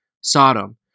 Sodom